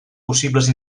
possibles